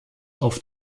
auf